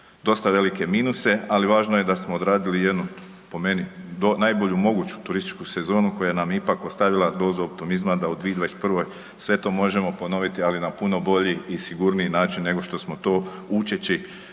dosta velike minuse. Ali važno je da smo odradili jednu po meni najbolju moguću turističku sezonu koja nam je ipak ostavila dozu optimizma da u 2021. sve to možemo ponoviti, ali na puno bolji i sigurniji način nego što smo to učeći